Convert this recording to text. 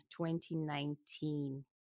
2019